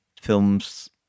films